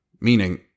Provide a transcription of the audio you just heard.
meaning